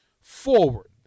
forward